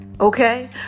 Okay